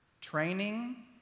training